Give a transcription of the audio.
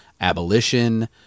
abolition